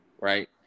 right